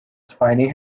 spiny